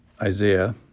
Isaiah